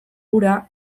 ura